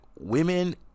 Women